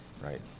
right